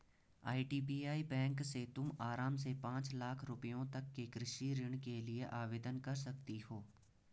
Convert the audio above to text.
IDBI bank से तुम आराम से पाँच लाख रुपयों तक के कृषि ऋण के लिए आवेदन कर सकती हो